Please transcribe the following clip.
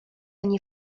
nie